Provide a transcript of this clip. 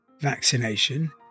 vaccination